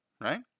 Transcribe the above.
right